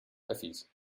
öffis